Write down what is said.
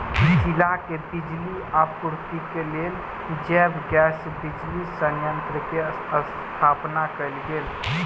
जिला के बिजली आपूर्तिक लेल जैव गैस बिजली संयंत्र के स्थापना कयल गेल